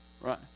Right